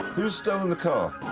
who's stolen the car?